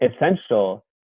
essential